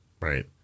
right